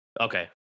Okay